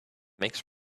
makes